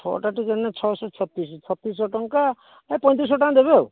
ଛଅଟା ଟିକେଟ୍ ନେଲେ ଛଅ ଶହ ଛତିଶି ଛତିଶି ଶହ ଟଙ୍କା ଏ ପଇଁତିରିଶ ଶହ ଟଙ୍କା ଦେବେ ଆଉ